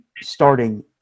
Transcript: starting